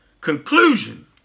conclusion